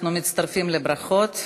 אנחנו מצטרפים לברכות.